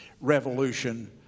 Revolution